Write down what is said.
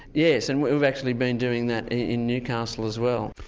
yes, and we've actually been doing that in newcastle as well.